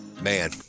Man